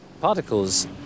Particles